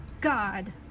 God